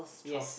yes